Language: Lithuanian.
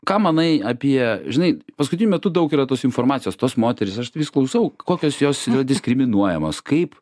ką manai apie žinai paskutiniu metu daug yra tos informacijos tos moterys aš vis klausau kokios jos yra diskriminuojamos kaip